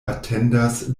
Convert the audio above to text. atendas